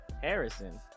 Harrison